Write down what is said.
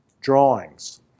drawings